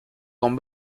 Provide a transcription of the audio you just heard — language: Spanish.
con